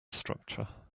structure